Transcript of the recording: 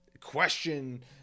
question